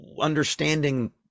understanding